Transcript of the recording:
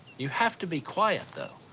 you have to be quiet, though.